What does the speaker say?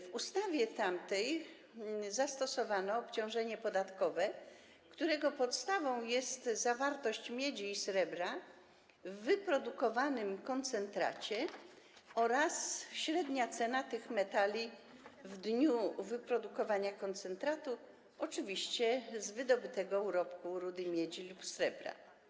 W ustawie tej zastosowano obciążenie podatkowe, którego podstawą jest zawartość miedzi i srebra w wyprodukowanym koncentracie oraz średnia cena tych metali w dniu wyprodukowania koncentratu z wydobytego urobku rudy miedzi lub srebra.